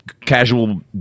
casual